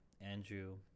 Andrew